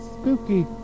spooky